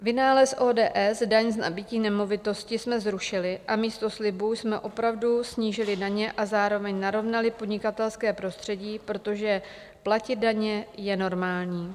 Vynález ODS, daň z nabytí nemovitosti, jsme zrušili a místo slibů jsme opravdu snížili daně a zároveň narovnali podnikatelské prostředí, protože platit daně je normální.